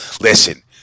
Listen